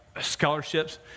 scholarships